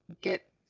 get